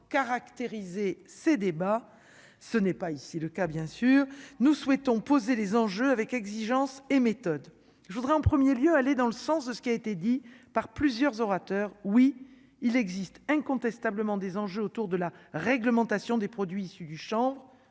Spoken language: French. caractérisé ces débats, ce n'est pas ici le cas, bien sûr, nous souhaitons poser les enjeux avec exigence et méthodes, je voudrais en 1er lieu aller dans le sens de ce qui a été dit par plusieurs orateurs, oui il existe incontestablement des enjeux autour de la réglementation des produits issus du chanvre,